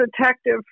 detective